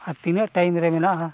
ᱟᱨ ᱛᱤᱱᱟᱹᱜ ᱨᱮ ᱢᱮᱱᱟᱜᱼᱟ